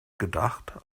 gedacht